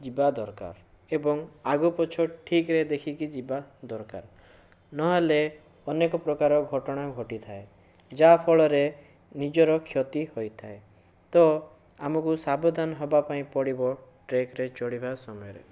ଯିବା ଦରକାର ଏବଂ ଆଗ ପଛ ଠିକରେ ଦେଖିକି ଯିବା ଦରକାର ନହେଲେ ଅନେକ ପ୍ରକାର ଘଟଣା ଘଟିଥାଏ ଯାହାଫଳରେ ନିଜର କ୍ଷତି ହୋଇଥାଏ ତ ଆମକୁ ସାବଧାନ ହେବାପାଇଁ ପଡ଼ିବ ଟ୍ରେକରେ ଚଢ଼ିବା ସମୟରେ